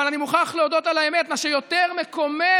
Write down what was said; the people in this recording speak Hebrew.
אבל אני מוכרח להודות על האמת: מה שיותר מקומם